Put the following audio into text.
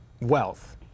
wealth